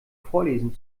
vorlesen